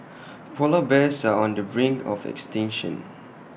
Polar Bears are on the brink of extinction